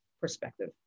Perspective